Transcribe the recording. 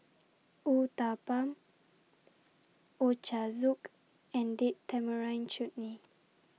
Uthapam Ochazuke and Date Tamarind Chutney